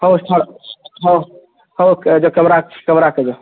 ହଉ ଛାଡ଼ ହଉ ହଉ ଯାଅ କ୍ୟାମେରା କ୍ୟାମେରା ଆଗ୍କେ ଯାଅ